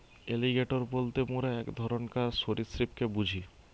alligator বলতে মোরা এক ধরণকার সরীসৃপকে বুঝি